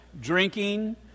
Drinking